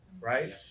Right